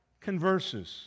converses